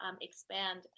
expand